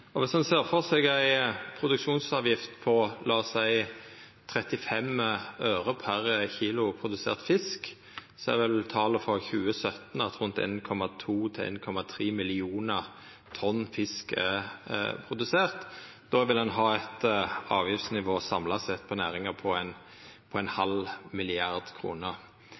seg ei produksjonsavgift på – la oss seia – 35 øre per kilo produsert fisk, er vel talet frå 2017 at rundt 1,2–1,3 millionar tonn fisk er produsert. Då vil ein samla sett ha eit avgiftsnivå for næringa på ein halv milliard kroner. Er det med dagens lakseprisar osv. om lag på